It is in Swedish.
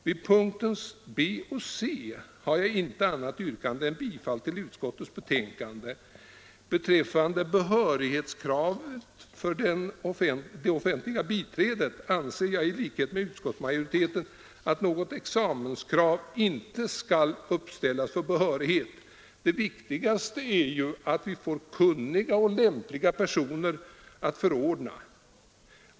Vid punkterna B och C har jag inte annat yrkande än om bifall till utskottets hemställan. Beträffande behörighetskravet för det offentliga biträdet anser jag i likhet med utskottsmajoriteten att något examenskrav inte skall uppställas för behörighet. Det viktigaste är att vi får kunniga och lämpliga personer att förordna.